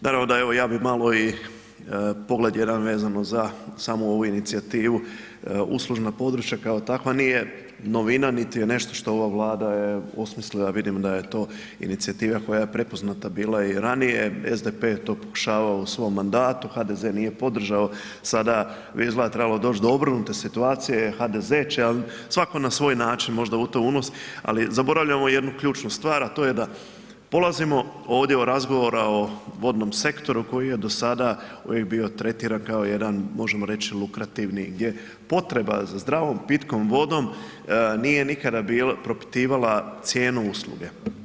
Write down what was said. Naravno da evo, ja bih malo i pogled jedan vezano za samo ovu inicijativu, uslužna područja kao takva nije novina niti je nešto što ova Vlada je osmislila, vidimo da se je to inicijativa koja je prepoznata bila i ranije, SDP je to pokušavao u svom mandatu, HDZ nije podržao, sada bi izgleda trebalo doći do obrnute situacije, HDZ će, svatko na svoj način može u to unosi, ali zaboravljamo jednu ključnu stvar, a to je da polazimo ovdje od razgovora o vodnom sektoru koji je do sada uvijek bio tretiran kao jedan, možemo reći, lukrativni gdje potreba za zdravom, pitkom vodom nije nikada propitivala cijenu usluge.